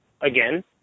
again